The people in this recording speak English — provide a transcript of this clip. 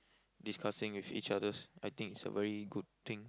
discussing with each other I think it's a very good thing